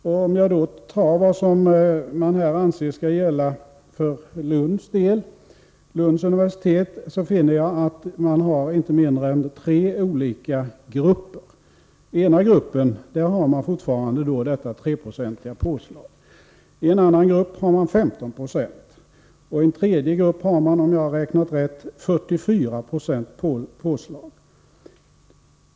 Beträffande det man anser skall gälla för Lunds universitet finner jag att man inte har mindre än tre olika grupper. I den ena gruppen har man fortfarande ett påslag på 3 26. I en annan grupp har man 15 96. I en tredje grupp har man, om jag har räknat rätt, ett påslag på 44 90.